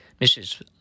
Mrs